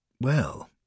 Well